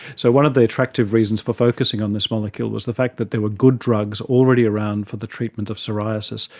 so one of the attractive reasons for focusing on this molecule was the fact that there are good drugs already around for the treatment of psoriasis,